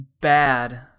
bad